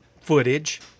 footage